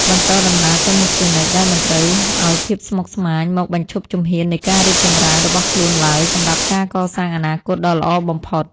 បន្តដំណើរទៅមុខជានិច្ចដោយមិនត្រូវឱ្យភាពស្មុគស្មាញមកបញ្ឈប់ជំហាននៃការរីកចម្រើនរបស់ខ្លួនឡើយសម្រាប់ការកសាងអនាគតដ៏ល្អបំផុត។